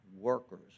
Workers